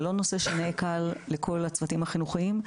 זה לא נושא שנעכל לכל הצוותים החינוכיים.